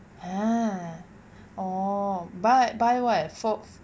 !huh! orh buy buy what for